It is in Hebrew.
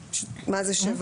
הלול.